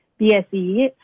BSE